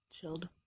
Chilled